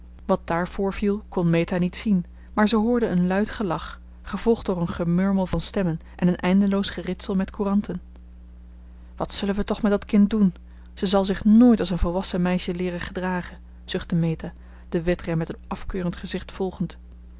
wat daar voorviel kon meta niet zien maar ze hoorde een luid gelach gevolgd door een gemurmel van stemmen en een eindeloos geritsel met couranten wat zullen we toch met dat kind doen zij zal zich nooit als een volwassen meisje leeren gedragen zuchtte meta den wedren met een afkeurend gezicht volgend